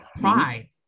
Pride